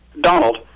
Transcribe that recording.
Donald